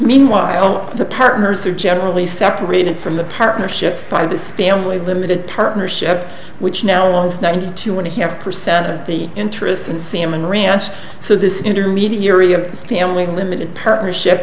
meanwhile the partners are generally separated from the partnerships by this family limited partnership which now owns ninety two and a half percent of the interest in cmin ranch so this intermediary of the only limited partnership